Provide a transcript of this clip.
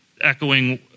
echoing